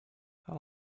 how